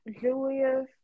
Julius